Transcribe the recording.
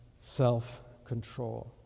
self-control